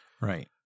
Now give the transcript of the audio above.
Right